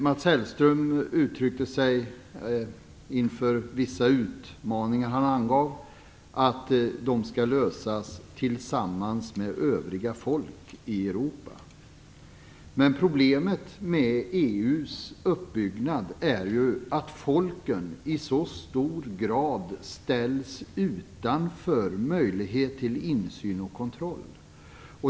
Mats Hellström uttryckte inför vissa utmaningar han angav att de skall lösas tillsammans med övriga folk i Europa. Men problemet med EU:s uppbyggnad är att folken i så stor grad ställs utanför möjlighet till insyn och kontroll.